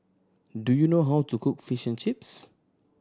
do you know how to cook Fish and Chips